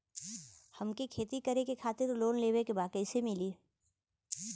हमके खेती करे खातिर लोन लेवे के बा कइसे मिली?